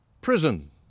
Prison